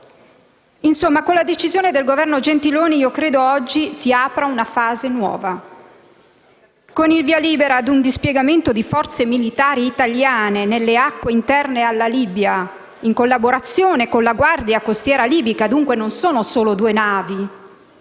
Pertanto, con la decisione del Governo Gentiloni Silveri credo che oggi si apra una fase nuova. Con il via libera a un dispiegamento di forze militari italiane nelle acque interne alla Libia, in collaborazione con la guardia costiera libica (dunque non sono solo due navi),